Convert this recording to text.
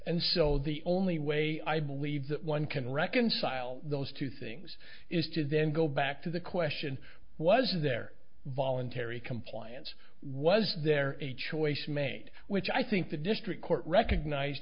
and so the only way i believe that one can reconcile those two things is to then go back to the question was there voluntary compliance was there a choice made which i think the district court recognized